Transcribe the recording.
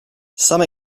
some